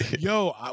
Yo